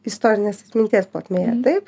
istorinės atminties plotmėje taip